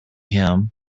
him